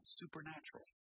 supernatural